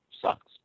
Sucks